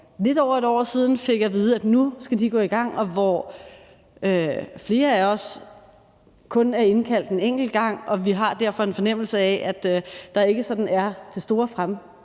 lidt over et år siden fik at vide nu skulle gå i gang, og hvor flere af os kun er blevet indkaldt en enkelt gang. Vi har derfor en fornemmelse af, at der ikke sådan er den store fremdrift